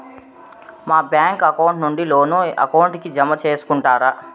మా bank account నుండి loan account కి జామ సేసుకుంటారా?